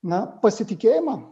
na pasitikėjimą